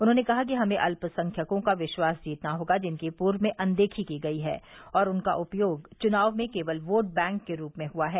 उन्होंने कहा कि हमें अल्यसंख्यकों का विश्वास जीतना होगा जिनकी पूर्व में अनदेखी की गई है और उनका उपयोग चुनाव में केवल वोट बैंक के रूप में हुआ है